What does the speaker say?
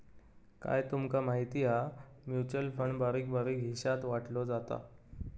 काय तूमका माहिती हा? म्युचल फंड बारीक बारीक हिशात वाटलो जाता